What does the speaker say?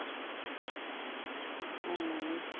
बेखौ मावनानै